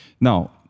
Now